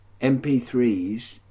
MP3s